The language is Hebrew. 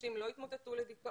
אנשים לא יתמוטטו לדיכאון,